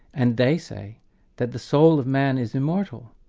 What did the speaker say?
and they say that the soul of man is immortal,